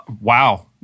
Wow